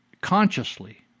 consciously